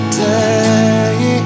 day